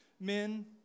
Men